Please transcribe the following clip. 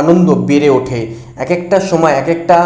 আনন্দ বেড়ে ওঠে এক একটা সময় এক একটা